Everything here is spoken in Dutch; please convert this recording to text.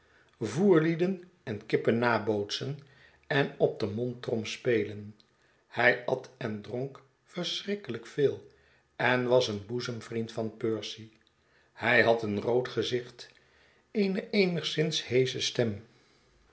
voerlieden en kippen nabootsen en op de mondtrom spelen hij at en dronk verschrikkelijk veel en was een boezemvriend van percy hij had een rood gezicht eene eenigszins heesche stem